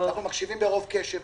אנחנו מקשיבים ברוב קשב,